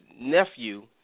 nephew